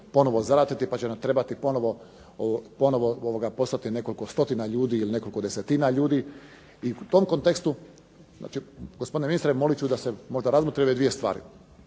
ponovno zaratiti pa će nam trebati ponovno poslati nekoliko stotina ljudi ili nekoliko desetina ljudi i u tom kontekstu, gospodine ministre molit ću da se možda razmotri ove dvije stvari.